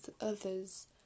others